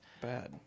Bad